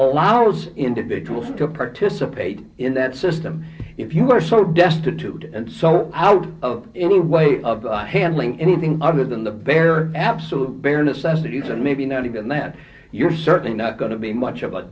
allows individuals to participate in that system if you are so destitute and so out of any way of handling anything other than the bare absolute bare necessities and maybe not even that you're certainly not going to be much of a